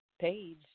Page